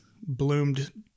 bloomed